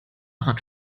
hat